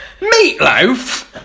meatloaf